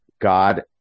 God